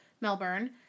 Melbourne